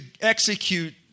execute